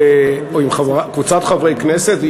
וקבוצת חברי הכנסת,